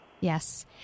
Yes